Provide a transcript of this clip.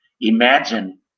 imagine